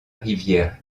rivière